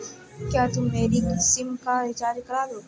क्या तुम मेरी सिम का रिचार्ज कर दोगे?